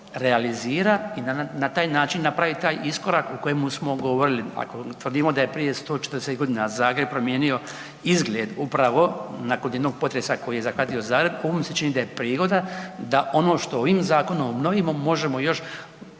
i na taj način napraviti taj iskorak o kojemu smo govorili. Ako tvrdimo da je prije 140 godina Zagreb promijenio izgled upravo nakon jednog potresa koji je zahvatio Zagreb, ovo mi se čini da je prigoda ono što ovim zakonom obnovimo možemo još